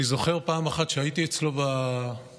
אני זוכר פעם אחת שהייתי אצלו בבית,